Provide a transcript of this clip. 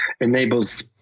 enables